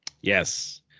Yes